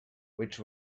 which